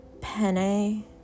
penne